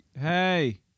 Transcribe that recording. Hey